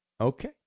Okay